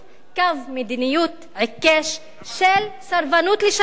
קו מדיניות עיקש של סרבנות לשלום,